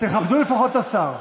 תכבדו לפחות את השר.